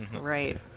Right